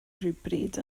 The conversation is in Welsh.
rhywbryd